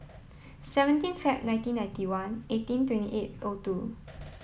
seventeen Feb nineteen ninety one eighteen twenty eight o two